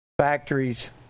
factories